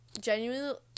genuinely